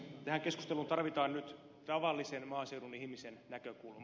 tähän keskusteluun tarvitaan nyt tavallisen maaseudun ihmisen näkökulma